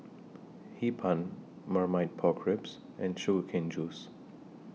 Hee Pan Marmite Pork Ribs and Sugar Cane Juice